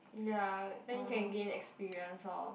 ya then you can gain experience orh